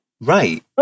Right